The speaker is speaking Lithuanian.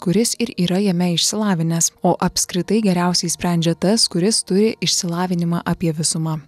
kuris ir yra jame išsilavinęs o apskritai geriausiai sprendžia tas kuris turi išsilavinimą apie visumą